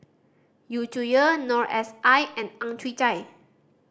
Yu Zhuye Noor S I and Ang Chwee Chai